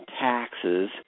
taxes